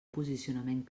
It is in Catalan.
posicionament